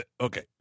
okay